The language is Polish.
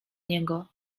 niego